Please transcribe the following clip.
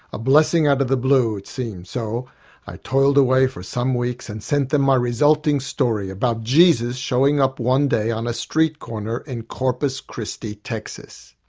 a blessing out of the blue it seemed. so i toiled away for some weeks and sent them my resulting story about jesus showing up one day on a street corner in corpus christi, texas.